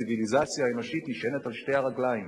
הציוויליזציה האנושית נשענת על שתי רגליים: